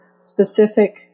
specific